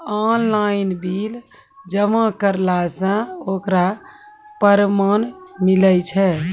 Online bill जमा करला से ओकरौ परमान मिलै छै?